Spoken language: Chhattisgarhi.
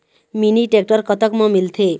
मिनी टेक्टर कतक म मिलथे?